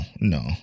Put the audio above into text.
no